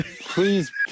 Please